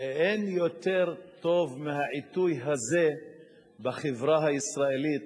אין יותר טוב מהעיתוי הזה בחברה הישראלית,